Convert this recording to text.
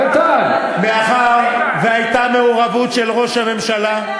מאחר שהייתה מעורבות של ראש הממשלה,